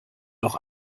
noch